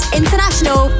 international